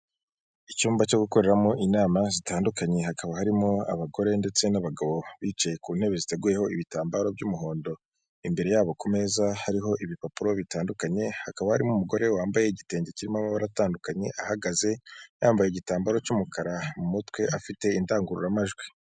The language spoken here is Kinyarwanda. Icyumba cyo gukoreramo inama zitandukanye, hakaba harimo abagore, ndetse n'abagabo, bicaye ku ntebe ziteguyeho ibitambaro by'umuhondo, imbere yabo ku meza hariho ibipapuro bitandukanye, hakaba harimo umugore wambaye igitenge kirimo amabara atandukanye, ahagaze, yambaye igitambaro cy'umukara mu mutwe, afite indangururamajwi.